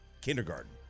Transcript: kindergarten